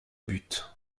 but